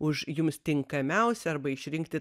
už jums tinkamiausią arba išrinkti